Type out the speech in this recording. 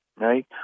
right